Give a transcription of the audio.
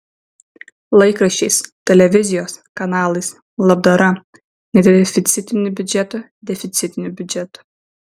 laikraščiais televizijos kanalais labdara nedeficitiniu biudžetu deficitiniu biudžetu